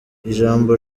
ijambo